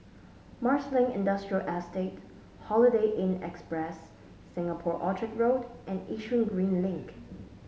Marsiling Industrial Estate Holiday Inn Express Singapore Orchard Road and Yishun Green Link